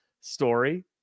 story